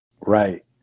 Right